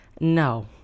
No